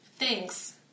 Thanks